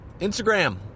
Instagram